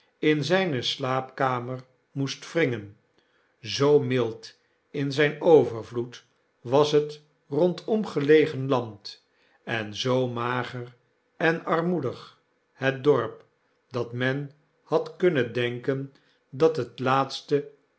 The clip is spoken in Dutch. in zjpe slaapkamer moest wringen zoo mild in zyn overvloed was het rondom gelegen land en zoo mager enarmoedig het dorp dat men had kunnen denken dat het laatste